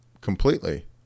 completely